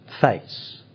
face